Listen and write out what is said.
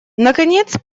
наконец